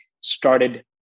started